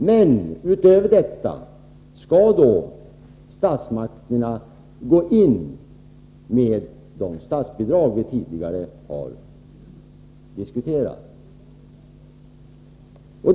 Men utöver detta skall statsmakterna gå in med de statsbidrag vi tidigare har diskuterat.